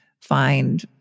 find